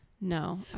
No